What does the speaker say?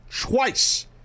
twice